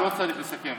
אז לא צריך לסכם.